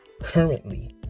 currently